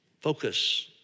focus